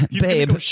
babe